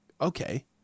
Okay